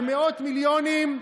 במאות מיליונים,